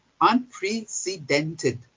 Unprecedented